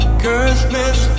Christmas